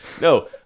no